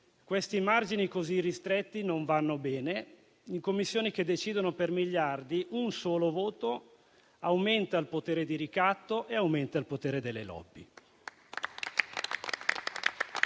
questi margini così ristretti non vanno bene in Commissioni che decidono per miliardi di euro: un solo voto aumenta il potere di ricatto e il potere delle *lobby*.